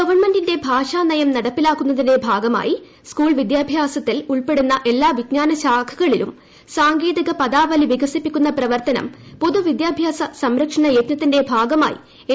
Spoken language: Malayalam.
ഗവൺമെന്റിന്റെ ഭാഷാനയം നടപ്പിലാക്കുന്നതിന്റെ ഭാഗമായി സ്കൂൾ വിദ്യാഭ്യാസത്തിൽ ഉൾപ്പെടുന്ന എല്ലാ വിജ്ഞാനശാഖകളിലും സാങ്കേതിക പദാവലി വികസിപ്പിക്കുന്ന പ്രവർത്തനം പൊതുവിദ്യാഭ്യാസ സംരക്ഷണയജ്ഞത്തിന്റെ ഭാഗമായി എസ്